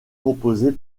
composées